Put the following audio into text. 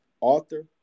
author